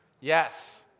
Yes